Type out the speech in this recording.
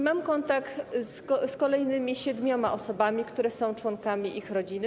Mam kontakt z kolejnymi siedmioma osobami, które są członkami ich rodziny.